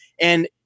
And-